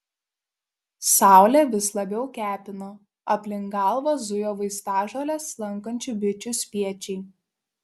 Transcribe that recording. saulė vis labiau kepino aplink galvą zujo vaistažoles lankančių bičių spiečiai